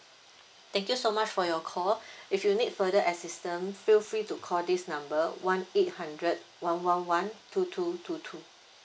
thank you so much for your call if you need further assistance feel free to call this number one eight hundred one one one two two two two